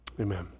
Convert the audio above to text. amen